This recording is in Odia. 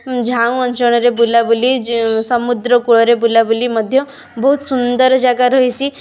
ଝାଉଁ ଅଞ୍ଚଳରେ ବୁଲା ବୁଲି ସମୁଦ୍ରକୂଳରେ ବୁଲା ବୁଲି ମଧ୍ୟ ବହୁତ ସୁନ୍ଦର ଜାଗାରୁ ରହିଛି